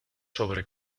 sobre